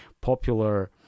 popular